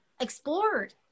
explored